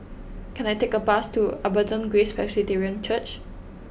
can I take a bus to Abundant Grace Presbyterian Church